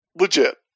Legit